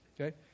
okay